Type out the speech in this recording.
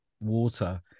water